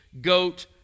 goat